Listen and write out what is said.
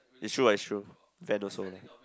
it's true ah it's true Van also lah